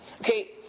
Okay